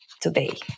today